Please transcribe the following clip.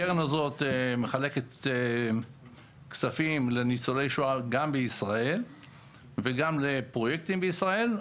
הקרן הזאת מחלקת כספים לניצולי שואה גם בישראל וגם לפרויקטים בישראל.